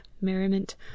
merriment